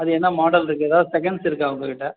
அது என்ன மாடல் இருக்குது ஏதாவது செகண்ட்ஸ் இருக்கா உங்கள் கிட்டே